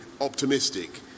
optimistic